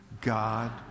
God